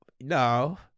No